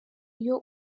iyo